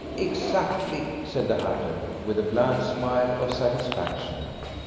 exactly, said the hatter, with a bland smile of satisfaction.